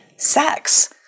Sex